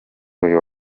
uyu